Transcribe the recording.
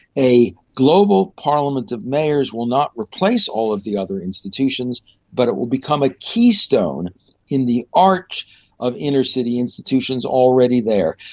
a global parliament of mayors will not replace all of the other institutions but it will become a keystone in the arch of inner-city institutions already there,